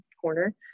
corner